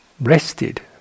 rested